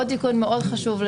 עוד תיקון חשוב מאוד,